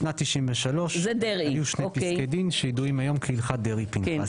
בשנת 93' היו שני פסקי דין שידועים היום כהלכת דרעי-פנחסי,